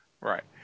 Right